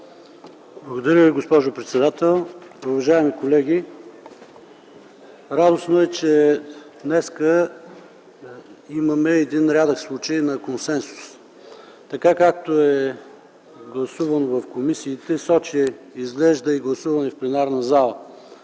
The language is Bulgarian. Благодаря Ви, госпожо председател. Уважаеми колеги! Радостно е, че днес имаме рядък случай на консенсус, както е гласуван в комисиите, изглежда е гласуван и в пленарната зала